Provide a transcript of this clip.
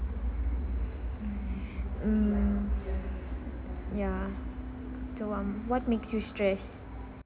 mm ya to um what make you stress